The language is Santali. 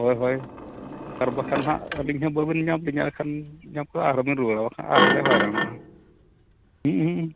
ᱦᱳᱭ ᱦᱳᱭ ᱟᱨ ᱵᱟᱠᱷᱟᱱ ᱦᱟᱸᱜ ᱟᱹᱞᱤᱧ ᱦᱚᱸ ᱵᱟᱹᱵᱤᱱ ᱧᱟᱢ ᱞᱤᱧᱟ ᱟᱨ ᱠᱷᱟᱱ ᱧᱟᱢ ᱠᱚᱜᱼᱟ ᱟᱨᱦᱚᱸ ᱵᱮᱱ ᱨᱩᱣᱟᱹᱲᱟ ᱵᱟᱠᱷᱟᱱ ᱟᱨᱦᱚᱸ ᱵᱮᱱ ᱦᱟᱨᱭᱟᱱᱚᱜᱼᱟ ᱦᱮᱸ ᱦᱮᱸ